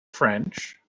french